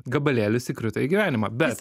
gabalėlis įkrito į gyvenimą bet